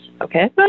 Okay